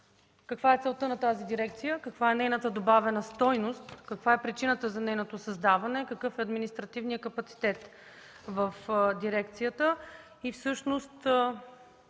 каква е целта на тази дирекция, каква е нейната добавена стойност? Каква е причината за нейното създаване? Какъв е административният капацитет в дирекцията? Всъщност